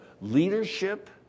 leadership